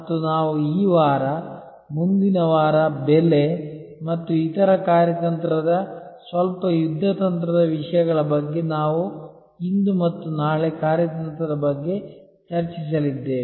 ಮತ್ತು ನಾವು ಈ ವಾರ ಮುಂದಿನ ವಾರ ಬೆಲೆ ಮತ್ತು ಇತರ ಕಾರ್ಯತಂತ್ರದ ಸ್ವಲ್ಪ ಯುದ್ಧತಂತ್ರದ ವಿಷಯಗಳ ಬಗ್ಗೆ ನಾವು ಇಂದು ಮತ್ತು ನಾಳೆ ಕಾರ್ಯತಂತ್ರದ ಬಗ್ಗೆ ಚರ್ಚಿಸಲಿದ್ದೇವೆ